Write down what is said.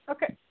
Okay